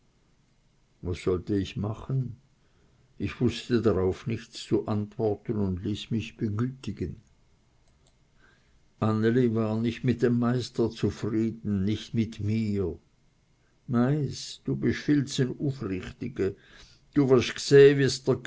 was sollte ich machen ich wußte darauf nichts zu antworten und ließ mich begütigen anneli war nicht mit dem meister zufrieden nicht mit mir meiß du bisch viel zu n e n ufrichtige du wirsch gseh